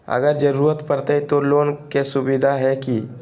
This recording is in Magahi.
अगर जरूरत परते तो लोन के सुविधा है की?